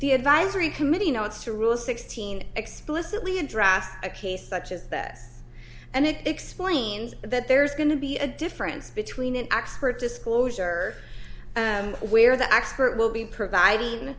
the advisory committee notes to rule sixteen explicitly address a case such as that and it explains that there's going to be a difference between an expert disclosure and where the expert will be providing